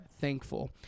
thankful